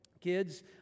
Kids